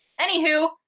Anywho